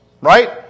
Right